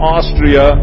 Austria